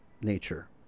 nature